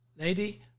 lady